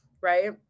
right